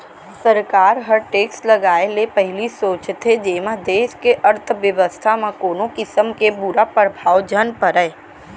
सरकार ह टेक्स लगाए ले पहिली सोचथे जेमा देस के अर्थबेवस्था म कोनो किसम के बुरा परभाव झन परय